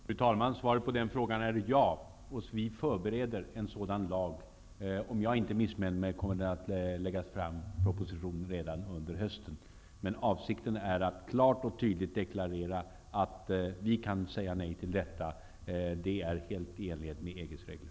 Fru talman! Svaret på den frågan är ja. Vi förbereder en sådan lag. Om jag inte missminner mig kommer det att läggas fram en proposition redan under hösten. Avsikten är att klart och tydligt deklarera att vi kan säga nej till detta. Det är helt i enlighet med EG:s regler.